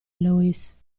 loïs